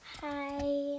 Hi